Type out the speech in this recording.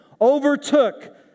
overtook